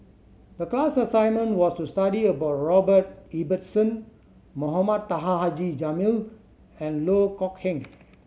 the class assignment was to study about Robert Ibbetson Mohamed Taha Haji Jamil and Loh Kok Heng